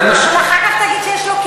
ואחר כך תגיד שיש לו,